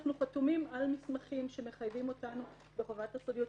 אנחנו חתומים על מסמכים שמחייבים אותנו בחובת הסודיות,